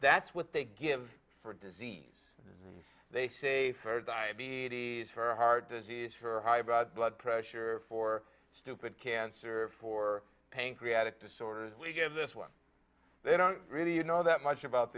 that's what they give for disease and they say for diabetes for heart disease for high about blood pressure for stupid cancer for pain create it disorders we give this one they don't really you know that